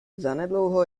zanedlouho